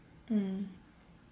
mm